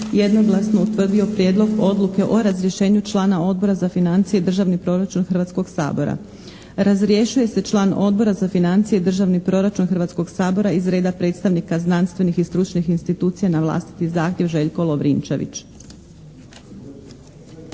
jednoglasno utvrdio Prijedlog odluke o razrješenju člana Odbora za financije i državni proračun Hrvatskog sabora. Razrješuje se član Odbora za financije i državni proračun Hrvatskog sabora iz reda predstavnika znanstvenih i stručnih institucija na vlastiti zahtjev Željko Lovrinčević.